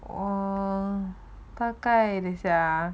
oh 大概扽一下 ah